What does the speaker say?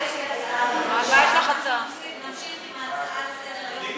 יש לי הצעה: אנחנו נמשיך עם ההצעה האחרונה לסדר-היום,